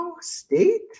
State